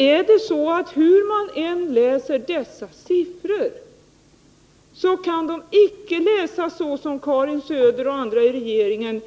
Men hur man än läser dessa siffror kan man icke läsa dem så som Karin Söder och andra i regeringen